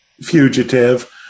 fugitive